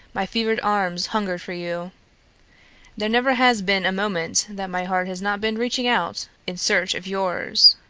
my fevered arms hungered for you. there never has been a moment that my heart has not been reaching out in search of yours.